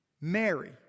Mary